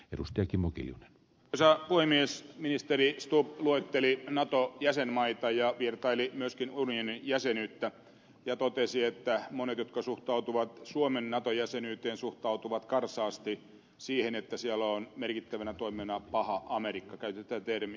peruste kimmo kiljunen saapui mies ministeri stubb luetteli nato jäsenmaita ja vertaili niitä myöskin unionin jäseniin ja totesi että monet jotka suhtautuvat myönteisesti suomen nato jäsenyyteen suhtautuvat karsaasti siihen että siellä on merkittävänä toimijana paha amerikka käytän tätä termiä